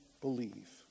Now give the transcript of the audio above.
believe